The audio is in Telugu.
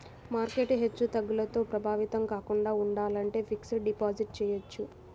మార్కెట్ హెచ్చుతగ్గులతో ప్రభావితం కాకుండా ఉండాలంటే ఫిక్స్డ్ డిపాజిట్ చెయ్యొచ్చు